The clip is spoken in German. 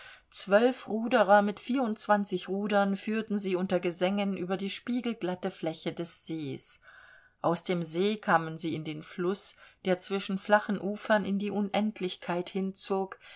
zwölf ruderer mit vierundzwanzig rudern führten sie unter gesängen über die spiegelglatte fläche des sees aus dem see kamen sie in den fluß der zwischen flachen ufern in die unendlichkeit hinzog